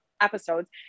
episodes